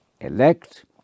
elect